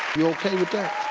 you okay with that?